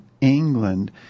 England